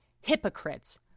hypocrites